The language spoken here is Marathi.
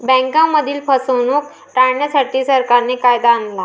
बँकांमधील फसवणूक टाळण्यासाठी, सरकारने कायदा आणला